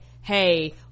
hey